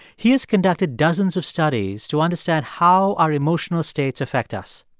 he has conducted dozens of studies to understand how our emotional states affect us.